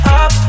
up